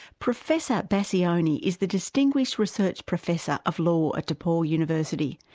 professor bassiouni is the distinguished research professor of law at de paul university,